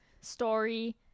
story